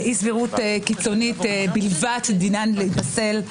אי-סבירות קיצונית בלבד, דינה להיפסל.